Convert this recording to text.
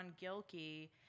Gilkey